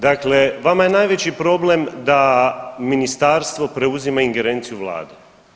Dakle, vama je najveći problem da Ministarstvo preuzima ingerenciju Vlade.